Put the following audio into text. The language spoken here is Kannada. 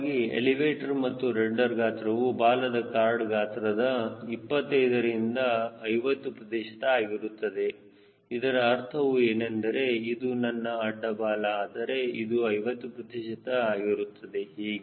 ಸಾಮಾನ್ಯವಾಗಿ ಎಲಿವೇಟರ್ ಮತ್ತು ರಡ್ಡರ್ ಗಾತ್ರವು ಬಾಲದ ಕಾರ್ಡ್ ಗಾತ್ರದ 25ರಿಂದ 50 ಪ್ರತಿಶತ ಆಗಿರುತ್ತದೆ ಇದರ ಅರ್ಥವು ಏನೆಂದರೆ ಇದು ನನ್ನ ಅಡ್ಡ ಬಾಲ ಆದರೆ ಇದು 50 ಪ್ರತಿಶತ ಆಗಿರುತ್ತದೆ